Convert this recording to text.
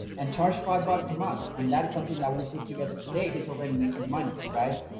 and charge five bucks a month and that is something that we put together today. he's already making money, right?